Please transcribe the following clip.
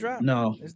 No